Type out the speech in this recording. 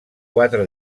quatre